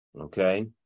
Okay